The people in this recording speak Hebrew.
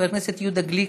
חבר הכנסת יהודה גליק,